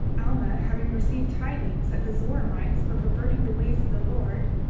alma having received tidings that the zoramites were perverting the ways of the lord,